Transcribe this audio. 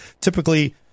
typically